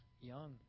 young